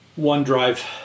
OneDrive